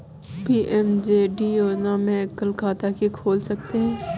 PMJD योजना में एकल खाता ही खोल सकते है